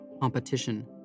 competition